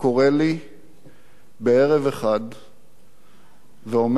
ערב אחד ואומר לי: ישראל,